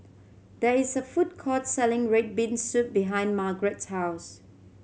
there is a food court selling red bean soup behind Margret's house